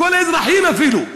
לכל האזרחים אפילו: